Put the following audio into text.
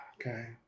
Okay